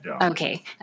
Okay